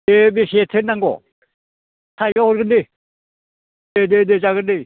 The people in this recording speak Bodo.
बेसेथो नांगौ थाइबायाव हरगोन दे दे दे जागोन दे